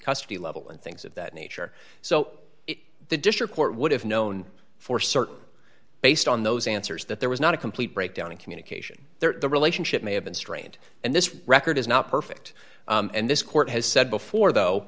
custody level and things of that nature so the district court would have known for certain based on those answers that there was not a complete breakdown in communication there the relationship may have been strained and this record is not perfect and this court has said before though